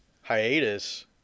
hiatus